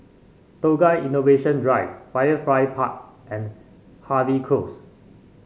Tukang Innovation Drive Firefly Park and Harvey Close